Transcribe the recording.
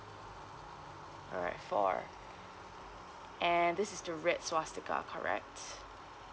alright four and this is the red swastika correct